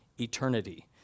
eternity